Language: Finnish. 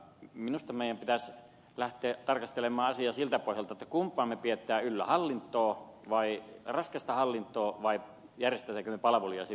minusta meidän pitäisi lähteä tarkastelemaan asiaa siltä pohjalta kumpaa me pidämme yllä raskasta hallintoa vai järjestämmekö palveluja tehokkaasti